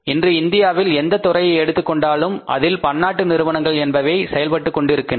இன்று இந்தியாவில் எந்தத் துறையை எடுத்துக்கொண்டாலும் அதில் பன்னாட்டு நிறுவனங்கள் என்பவை செயல்பட்டுக் கொண்டிருக்கின்றன